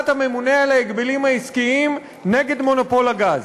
הממונה על ההגבלים העסקיים נגד מונופול הגז.